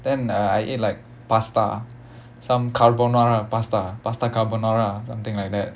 then uh I ate like pasta some carbonara pasta pasta carbonara or something like that